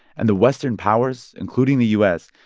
and the western powers, including the u s,